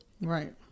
right